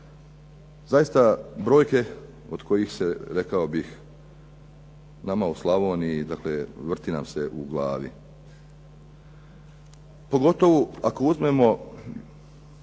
Zaista brojke od kojih se rekao bih nama u Slavoniji vrti u glavi, pogotovo ako uzmemo